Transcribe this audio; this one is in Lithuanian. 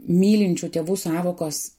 mylinčių tėvų sąvokos